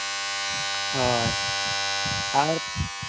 ᱦᱳᱭ ᱟᱨ